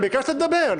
פינדרוס, ביקשת לדבר.